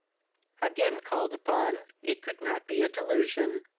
again called upon, it could not be delusion.